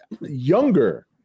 younger